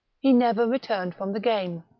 he never returned from the game.